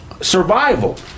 survival